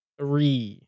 three